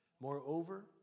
Moreover